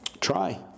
Try